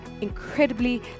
incredibly